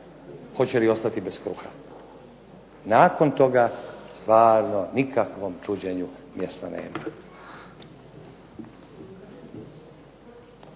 hoće li ostati bez kruha. Nakon toga stvarno nikakvom čuđenju mjesta nema.